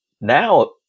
Now